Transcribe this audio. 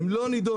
הן לא נידונו.